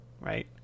right